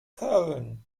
köln